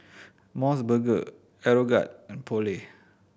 Mos Burger Aeroguard and Poulet